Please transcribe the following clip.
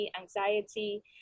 anxiety